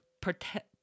protect